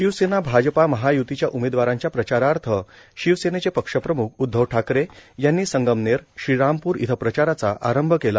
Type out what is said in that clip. शिवसेना भाजप महाय्तीच्या उमेदवारांच्या प्रचारार्थ शिवसेनेचे पक्षप्रम्ख उदधव ठाकरे यांनी संगमनेर श्रीरामपूर इथं प्रचाराचा प्रारंभ केला